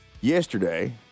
yesterday